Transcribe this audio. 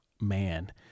man